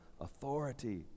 authority